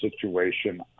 situation